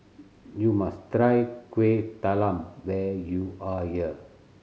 you must try Kuih Talam when you are here